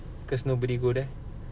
cause nobody go there right